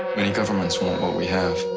many governments want what we have.